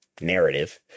narrative